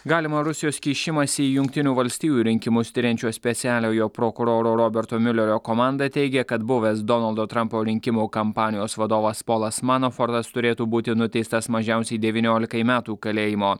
galimą rusijos kišimąsi į jungtinių valstijų rinkimus tiriančio specialiojo prokuroro roberto miulerio komanda teigia kad buvęs donaldo trampo rinkimų kampanijos vadovas polas manafortas turėtų būti nuteistas mažiausiai devyniolikai metų kalėjimo